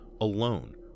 alone